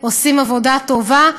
עושות עבודה טובה.